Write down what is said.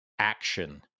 Action